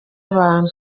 abantu